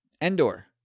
Endor